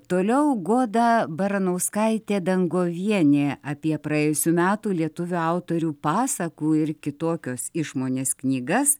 toliau goda baranauskaitė dangovienė apie praėjusių metų lietuvių autorių pasakų ir kitokios išmonės knygas